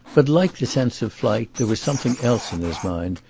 but, like the sense of flight, there was something else in his mind,